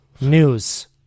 news